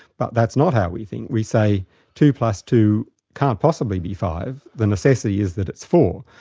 but that's not how we think, we say two plus two can't possibly be five, the necessity is that it's four,